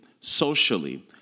socially